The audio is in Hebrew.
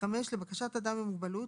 (5)לבקשת אדם עם מוגבלות,